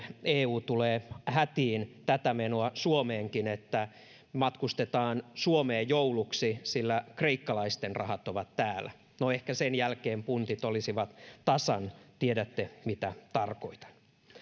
eu tulee hätiin tätä menoa suomeenkin että matkustetaan suomeen jouluksi sillä kreikkalaisten rahat ovat täällä no ehkä sen jälkeen puntit olisivat tasan tiedätte mitä tarkoitan